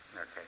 Okay